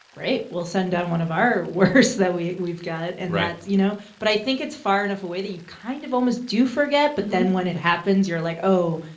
great, we'll send down one of our worst that we've we've got, and that's you know? right. but i think it's far enough away that you kind of almost do forget. but then when it happens, you're like, oh,